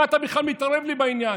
מה אתה בכלל מתערבב לי בעניין?